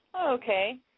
Okay